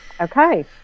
Okay